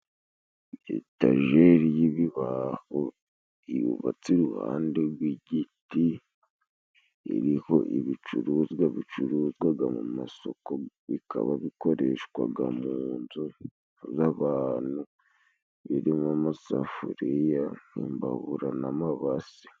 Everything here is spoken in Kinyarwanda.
Etajeri y'ibibaho yubatse iruhande rw'igiti iriho ibicuruzwa bicuruzwaga mu masoko bikaba bikoreshwaga mu nzu z'abantu birimo amasafuriya, imbabura n'amabasi.